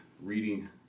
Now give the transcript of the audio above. reading